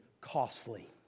costly